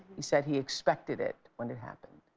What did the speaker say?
he said he expected it when it happened.